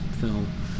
film